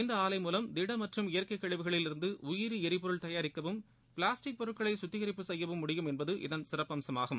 இந்த ஆலை மூலம் திட மற்றும் இயற்கைக் கழிவுகளில் இருந்து உயிரி எரிபொருள் தயாரிக்கவும் பிளாஸ்டிக் பொருட்களை சுத்திகரிப்பு செய்யவும் முடியும் என்பது இதன் சிறப்பு அம்சமாகும்